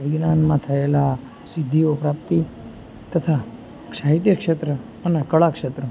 વિજ્ઞાનમાં થએલા સિદ્ધિઓ પ્રાપ્તિ તથા સાહિત્ય ક્ષેત્ર અને કળા ક્ષેત્રે